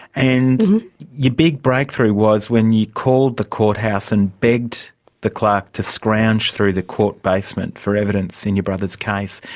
and your big breakthrough was when you called the courthouse and begged the clerk to scrounge through the court basement for evidence in your brother's case.